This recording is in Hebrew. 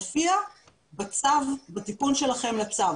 מופיע בתיקון שלכם לצו?